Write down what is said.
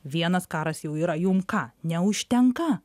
vienas karas jau yra jum ką neužtenka